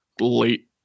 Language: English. late